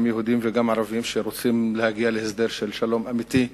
גם יהודים וגם ערבים שרוצים להגיע להסדר של שלום אמיתי,